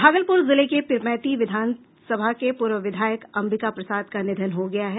भागलपुर जिले के पीरपैंती विधानसभा के पूर्व विधायक अंबिका प्रसाद का निधन हो गया है